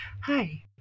Hi